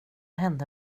hände